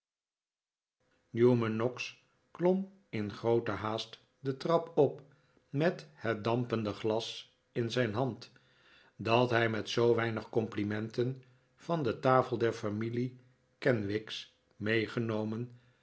newman noggs klom in groote haast de trap op met het dampende glas in zijn hand dat hij met zoo weinig complimenten van de tafel der familie kenwigs weggenomen